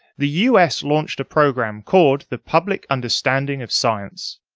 the us launched a programme called the public understanding of science.